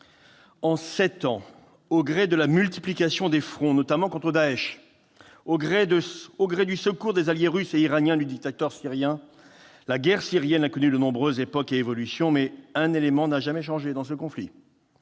En sept ans, au gré de la multiplication des fronts, notamment contre Daech, au gré du secours des alliés russes et iraniens du dictateur syrien, la guerre syrienne a connu de nombreuses époques et évolutions. Mais un élément n'a jamais changé dans ce conflit